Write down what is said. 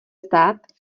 stát